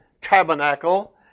tabernacle